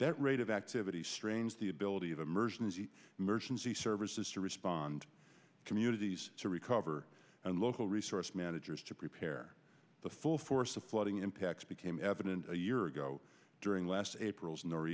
that rate of activity strains the ability of emergency emergency services to respond communities to recover and local resource managers to prepare the full force of flooding impacts became evident a year ago during last april